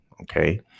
okay